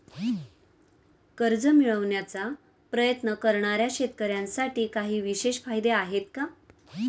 कर्ज मिळवण्याचा प्रयत्न करणाऱ्या शेतकऱ्यांसाठी काही विशेष फायदे आहेत का?